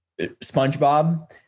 SpongeBob